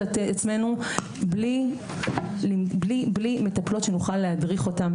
עצמנו בלי מטפלות שנוכל להדריך אותן,